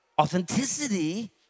Authenticity